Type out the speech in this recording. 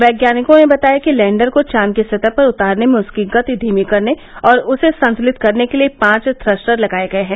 वैज्ञानिकों ने बताया कि लैंडर को चांद की सतह पर उतारने में उसकी गति धीमी करने और उसे संतुलित करने के लिए पांच थ्रस्टर लगाए गए हैं